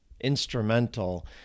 instrumental